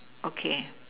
okay